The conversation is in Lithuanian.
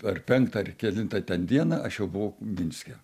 ar penktą ar kelintą ten dieną aš jau buvau minske